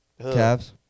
Cavs